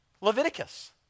Leviticus